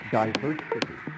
diversity